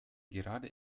gerade